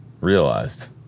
realized